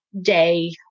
day